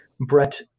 Brett